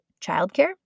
childcare